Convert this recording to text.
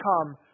come